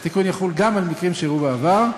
התיקון יחול גם על מקרים שאירעו בעבר,